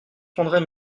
prendrai